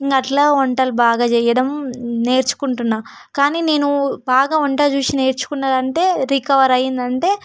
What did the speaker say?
అట్లా వంటలు బాగా చేయడం నేర్చుకుంటున్నాను కానీ నేను బాగా వంట చూసి నేర్చుకున్నదంటే రికవర్ అయిందంటే